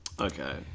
Okay